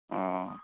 অঁ